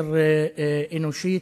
יותר אנושית,